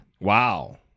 Wow